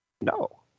no